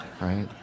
right